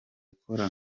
ikora